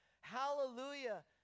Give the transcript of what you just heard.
hallelujah